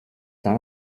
dans